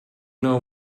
know